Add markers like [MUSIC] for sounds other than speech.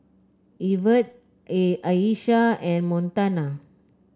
Evertt [HESITATION] Ayesha and Montana